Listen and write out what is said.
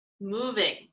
moving